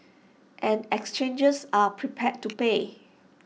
and exchanges are prepared to pay